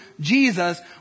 Jesus